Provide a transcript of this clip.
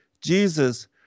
Jesus